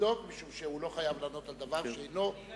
משום שהוא אינו חייב לענות על דבר, אדוני